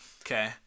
okay